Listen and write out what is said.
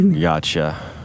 Gotcha